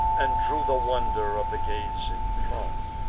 and drew the wonder of the gazing throng.